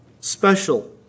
special